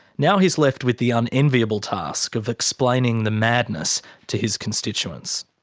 now he's left with the unenviable task of explaining the madness to his constituents.